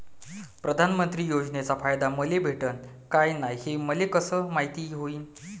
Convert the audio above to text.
प्रधानमंत्री योजनेचा फायदा मले भेटनं का नाय, हे मले कस मायती होईन?